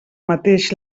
mateix